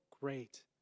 great